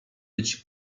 być